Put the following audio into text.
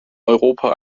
europa